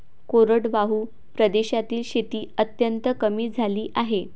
कोरडवाहू प्रदेशातील शेती अत्यंत कमी झाली आहे